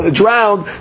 drowned